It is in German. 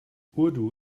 urdu